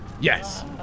Yes